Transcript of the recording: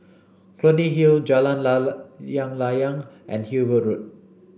Clunny Hill Jalan Layang and Hillview Road